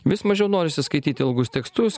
vis mažiau norisi skaityti ilgus tekstus